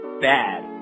bad